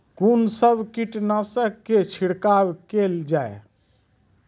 कून सब कीटनासक के छिड़काव केल जाय?